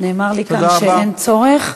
נאמר לי כאן שאין צורך.